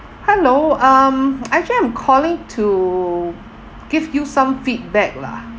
hello um actually I'm calling to give you some feedback lah